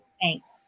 Thanks